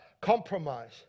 compromise